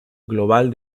global